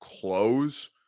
close